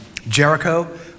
Jericho